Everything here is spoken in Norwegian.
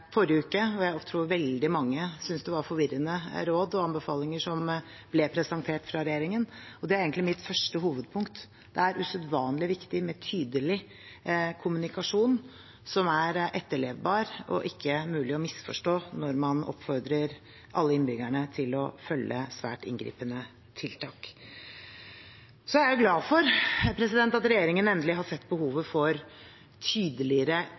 forrige uke, da jeg tror veldig mange syntes det var forvirrende råd og anbefalinger som ble presentert fra regjeringen. Og det er egentlig mitt første hovedpunkt: Det er usedvanlig viktig med tydelig kommunikasjon som er etterlevbar og ikke mulig å misforstå, når man oppfordrer alle innbyggerne til å følge svært inngripende tiltak. Jeg er glad for at regjeringen endelig har sett behovet for tydeligere